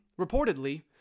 reportedly